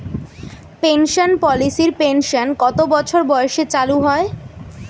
Pension পলিসির pension কত বছর বয়সে চালু হয়?